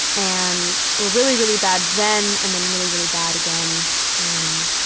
and were really, really bad then and then really, really bad again in